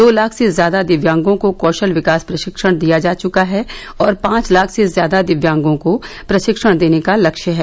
दो लाख से ज्यादा दिव्यांगों को कौशल विकास प्ररिक्षण दिया जा चुका है और पांच लाख से ज्यादा दिव्यांगों को प्रशिक्षण देने का लक्ष्य है